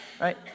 right